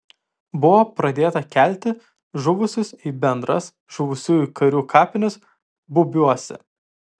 buvo pradėta kelti žuvusius į bendras žuvusiųjų karių kapines bubiuose